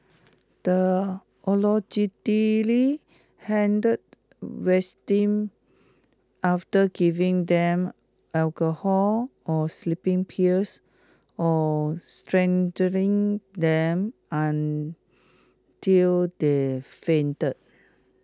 the allegedly hanged victims after giving them alcohol or sleeping pills or strangling them until they fainted